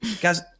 guys